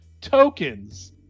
tokens